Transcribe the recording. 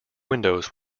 windows